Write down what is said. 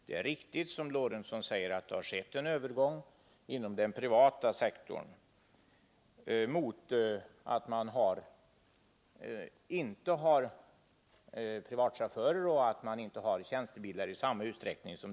Det är riktigt, som herr Lorentzon säger, att man inom den privata sektorn inte i samma utsträckning som tidigare har tjänstebilar och privatchaufförer.